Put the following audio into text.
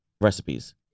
recipes